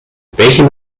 welchen